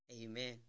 Amen